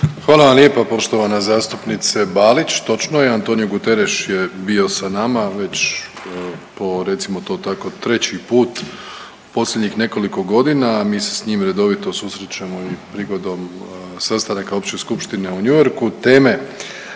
Hvala vam lijepa poštovana zastupnice Balić. Točno je, Antonio Guterres je bio sa nama već po recimo to tako treći put u posljednjih nekoliko godina, mi se s njim redovito susrećemo i prigodom sastanaka Opće skupštine u New Yorku,